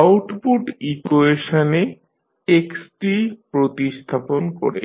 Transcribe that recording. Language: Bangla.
আউটপুট ইকুয়েশনে x প্রতিস্থাপন করে